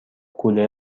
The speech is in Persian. کولر